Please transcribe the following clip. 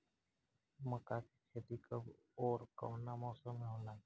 मका के खेती कब ओर कवना मौसम में होला?